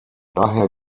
daher